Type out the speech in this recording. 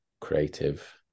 creative